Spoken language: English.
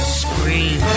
scream